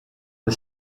the